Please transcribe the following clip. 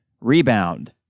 Rebound